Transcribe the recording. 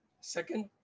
Second